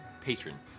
patron